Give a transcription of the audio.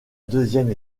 deuxième